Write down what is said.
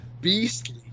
beastly